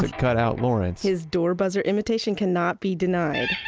cut out lawrence his door buzzer imitation cannot be denied